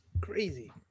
Crazy